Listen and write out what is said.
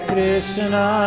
Krishna